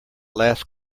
last